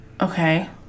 Okay